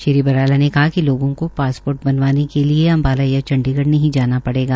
श्री बराला ने कहा कि लोगों को पासपोर्ट बनवाने के लिये अम्बाला या चंडीगढ़ नहीं जाना पड़ेगा